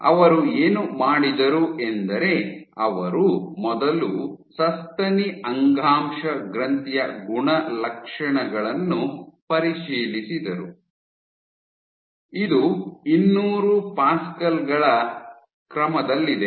ಅವರು ಏನು ಮಾಡಿದರು ಎಂದರೆ ಅವರು ಮೊದಲು ಸಸ್ತನಿ ಅಂಗಾಂಶ ಗ್ರಂಥಿಯ ಗುಣಲಕ್ಷಣಗಳನ್ನು ಪರಿಶೀಲಿಸಿದರು ಇದು ಇನ್ನೂರು ಪ್ಯಾಸ್ಕಲ್ ಗಳ ಕ್ರಮದಲ್ಲಿದೆ